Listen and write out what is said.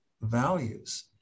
values